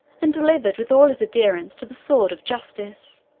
and delivered with all his adherents to the sword of justice,